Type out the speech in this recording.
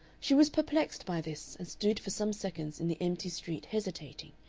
she was perplexed by this, and stood for some seconds in the empty street hesitating,